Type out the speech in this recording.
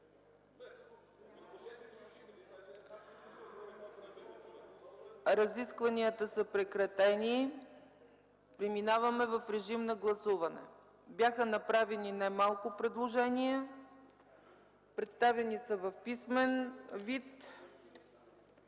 Разискванията са прекратени. Преминаваме в режим на гласуване. Бяха направени немалко предложения, представени са в писмен вид